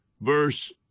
verse